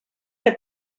que